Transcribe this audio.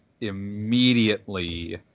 immediately